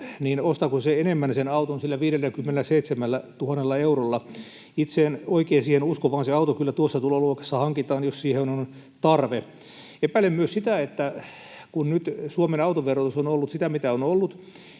sähköauto, ennemmin sen auton sillä 57 000 eurolla? Itse en oikein siihen usko, vaan se auto kyllä tuossa tuloluokassa hankitaan, jos siihen on tarve. Epäilen myös sitä, että kun nyt Suomen autoverotus on ollut sitä, mitä on ollut,